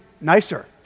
nicer